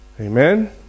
Amen